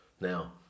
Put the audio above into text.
Now